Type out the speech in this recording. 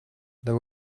there